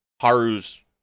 Haru's